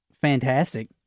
fantastic